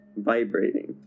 vibrating